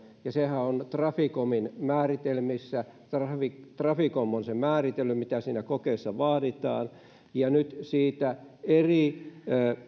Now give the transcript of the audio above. ja sehän on traficomin määritelmissä traficom on sen määritellyt mitä siinä kokeessa vaaditaan nyt eri